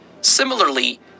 Similarly